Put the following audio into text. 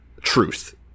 Truth